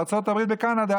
בארצות הברית וקנדה,